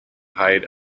height